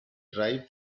dive